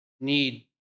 need